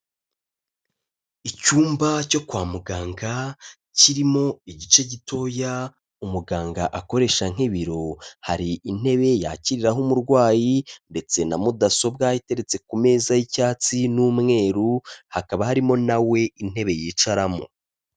Icyumba cyo kwa muganga kirimo igice gitoya umuganga akoresha nk'ibiro, hari intebe yakiriraho umurwayi ndetse na mudasobwa iteretse ku meza y'icyatsi n'umweru, hakaba harimo nawe intebe yicaramo.